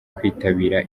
kwitabira